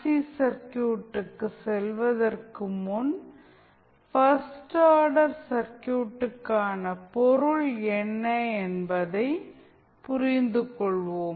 C சர்க்யூட்டுக்குச் செல்வதற்கு முன் பர்ஸ்ட் ஆர்டர் சர்க்யூட்டுக்கான பொருள் என்ன என்பதைப் புரிந்து கொள்வோம்